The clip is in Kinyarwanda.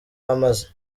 amaze